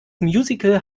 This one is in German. musical